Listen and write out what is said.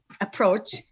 approach